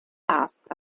ask